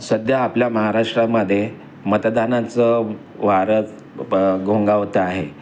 सध्या आपल्या महाराष्ट्रामध्ये मतदानाचं वारं घोंगावत आहे